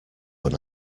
when